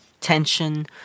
tension